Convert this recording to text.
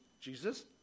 Jesus